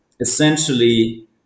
essentially